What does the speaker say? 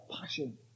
passion